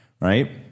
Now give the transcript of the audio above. right